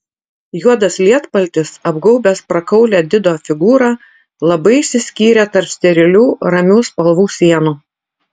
juodas lietpaltis apgaubęs prakaulią dido figūrą labai išsiskyrė tarp sterilių ramių spalvų sienų